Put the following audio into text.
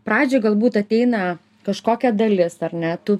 pradžioj galbūt ateina kažkokia dalis ar ne tu